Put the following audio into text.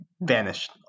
vanished